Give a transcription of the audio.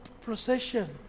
procession